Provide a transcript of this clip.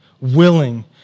willing